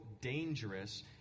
dangerous